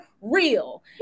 Real